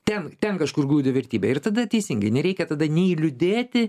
ten ten kažkur glūdi vertybė ir tada teisingai nereikia tada nei liūdėti